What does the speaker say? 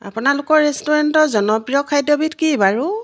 আপোনালোকৰ ৰেষ্টুৰেণ্টত জনপ্ৰিয় খাব্যবিধ কি বাৰু